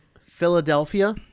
Philadelphia